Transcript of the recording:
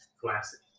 Classic